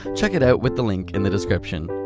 check it out with the link in the description!